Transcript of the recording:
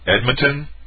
Edmonton